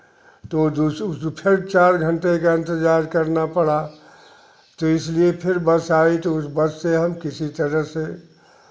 तो जो फिर चार घंटे का इंतज़ार करना पड़ा तो इसलिए फिर बस आई तो उस बस से हम किसी तरह से